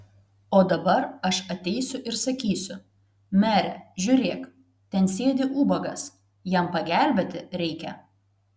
o dabar aš ateisiu ir sakysiu mere žiūrėk ten sėdi ubagas jam pagelbėti reikia